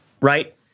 Right